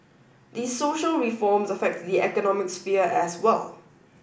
these social reforms affect the economic sphere as well